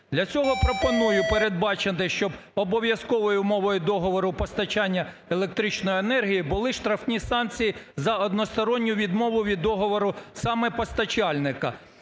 Для цього пропоную передбачити, щоб обов'язковою мовою договору постачання електричної енергії були штрафні санкції за односторонню відмову від договору саме постачальника.